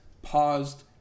Paused